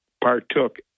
partook